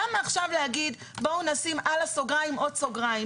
למה עכשיו להגיע בואו נשיטם על הסוגריים עוד סוגריים?